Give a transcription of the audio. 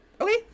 Okay